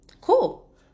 Cool